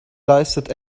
leistet